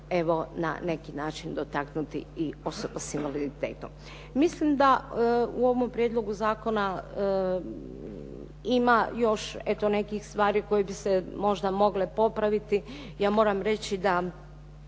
na neki način dotaknuti i osoba s invaliditetom. Mislim da u ovom prijedlogu zakona ima još, eto nekih stvari koje bi se možda mogle popraviti. Ja moram reći da